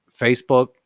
Facebook